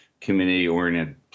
Community-oriented